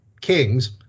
Kings